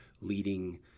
leading